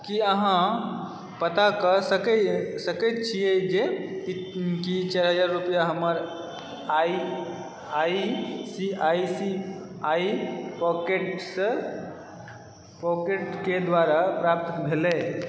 की अहाँ पता कऽ सकैत छी जे कि चारि हजार रुपैआ हमर आई सी आई सी आई पॉकेट्सके द्वारा प्राप्त भेलय